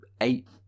eight